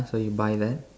so you buy that